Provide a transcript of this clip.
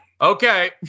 Okay